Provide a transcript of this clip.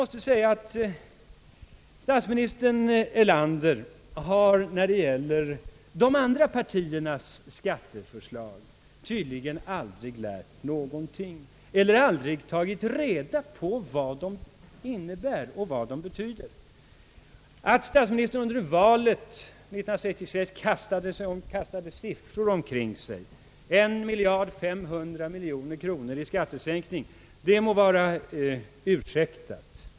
Statsminister Erlander har tydligen när det gäller de andra partiernas skatteförslag aldrig lärt någonting eller aldrig tagit reda på vad förslagen innebär och vad de betyder. Att statsministern under valrörelsen 1966 kastade siffror omkring sig — 1 miljard 509 miljoner kronor i skattesänkning — det må vara ursäktat.